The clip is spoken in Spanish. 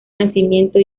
nacimiento